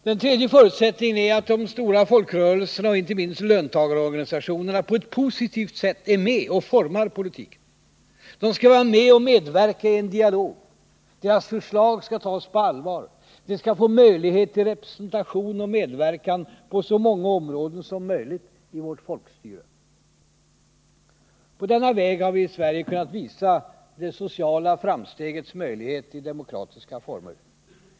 Den tredje förutsättningen är att de stora folkrörelserna och inte minst löntagarorganisationerna på ett positivt sätt är med och formar politiken. De kan därigenom medverka i en dialog, deras förslag tas på allvar, de får möjlighet till representation och medverkan på så många områden som möjligt i vårt folkstyre. På denna väg har vi i Sverige kunnat visa det sociala framstegets möjlighet i demokratiska former.